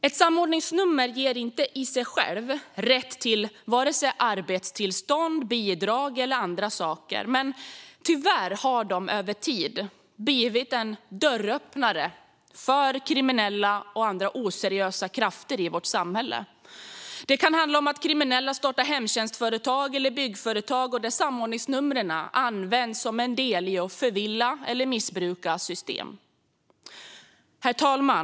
Ett samordningsnummer ger inte i sig rätt till vare sig arbetstillstånd, bidrag eller andra saker, men tyvärr har samordningsnumren över tid blivit en dörröppnare för kriminella och oseriösa krafter i vårt samhälle. Det kan handla om att kriminella startar hemtjänstföretag och byggföretag, och samordningsnumren används som en del i att förvilla eller missbruka system. Herr talman!